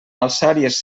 alçàries